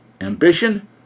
Ambition